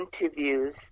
interviews